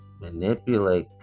manipulate